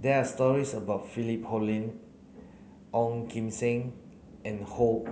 there are stories about Philip Hoalim Ong Kim Seng and Foo